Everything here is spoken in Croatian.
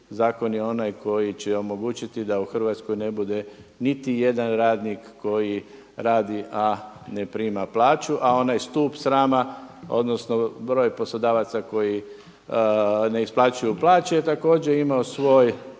zakon je onaj koji će omogućiti da u Hrvatskoj ne bude niti jedan radnik koji radi a ne prima plaću. A onaj stup srama odnosno broj poslodavaca koji ne isplaćuju plaće također je imao svoj